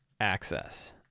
access